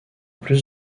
plus